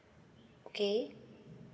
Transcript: okay